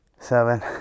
seven